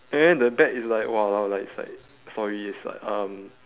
and then the back is like !walao! like it's like sorry it's like um